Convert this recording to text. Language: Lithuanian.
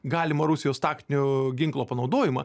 galimą rusijos taktinio ginklo panaudojimą